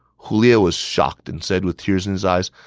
hu lie was shocked and said with tears in his eyes,